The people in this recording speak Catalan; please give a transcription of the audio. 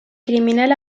criminal